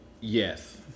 Yes